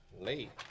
Late